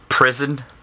prison